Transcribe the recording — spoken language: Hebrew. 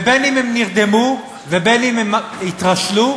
בין שהם נרדמו ובין שהם התרשלו,